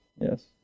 Yes